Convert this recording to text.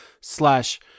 slash